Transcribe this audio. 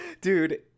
Dude